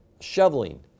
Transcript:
shoveling